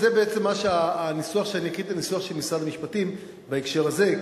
זה בעצם הניסוח של משרד המשפטים בהקשר הזה,